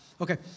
Okay